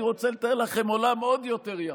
אני רוצה לתאר לכם עולם עוד יותר יפה.